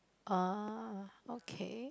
ah okay